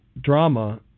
drama